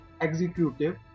Executive